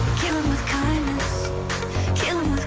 kill em with kindness kill em,